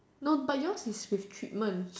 no but yours is with treatment